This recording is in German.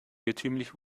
irrtümlich